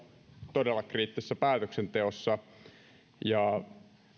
todella kriittisessä päätöksenteossa